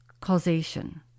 Causation